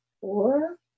four